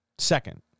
Second